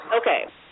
Okay